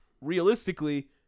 realistically